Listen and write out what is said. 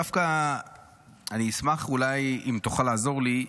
דווקא אני אשמח אולי אם תוכל לעזור לי,